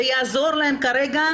זה יעזור להם כרגע.